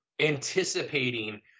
anticipating